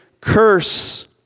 curse